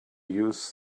use